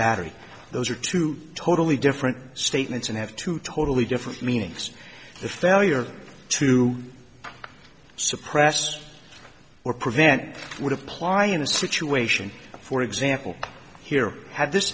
battery those are two totally different statements and have two totally different meanings the failure to suppress or prevent would apply in a situation for example here had this